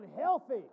healthy